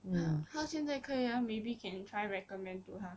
他现在可以 ah maybe can try recommend to 他